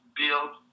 build